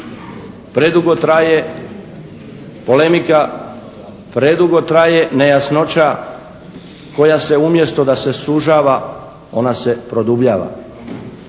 Predugo traje polemika, predugo traje nejasnoća koja se umjesto da se sužava ona se produbljava.